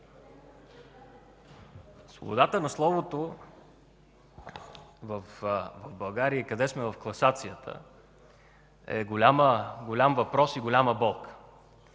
Свободата на словото в България и къде сме в класацията е голям въпрос и голяма болка.